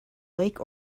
lake